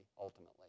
ultimately